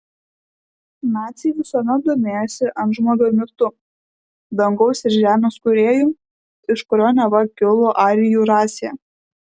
naciai visuomet domėjosi antžmogio mitu dangaus ir žemės kūrėju iš kurio neva kilo arijų rasė